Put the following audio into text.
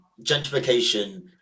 gentrification